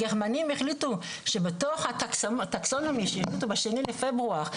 הגרמנים החליטו שבתוך הטקסונומי שהם אישרו ב-2 בפברואר,